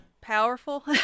Powerful